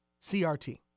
CRT